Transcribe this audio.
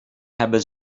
hebben